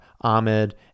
Ahmed